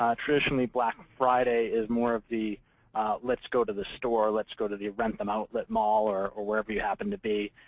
um traditionally, black friday is more of the let's go to the store, let's go to the wrentham outlet mall, or or wherever you happen to be.